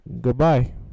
goodbye